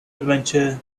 adventure